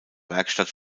werkstatt